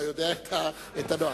אתה יודע את הנוהל.